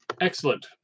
Excellent